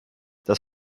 das